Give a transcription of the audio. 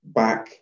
back